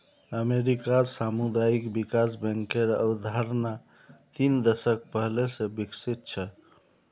अमेरिकात सामुदायिक विकास बैंकेर अवधारणा तीन दशक पहले स विकसित छ